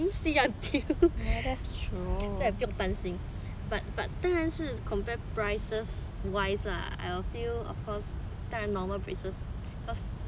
you wouldn't see until so I 不用担心 but but 当然是 compare prices wise lah 当然 normal braces cost